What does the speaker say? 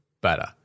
better